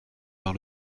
par